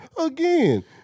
again